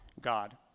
God